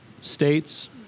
states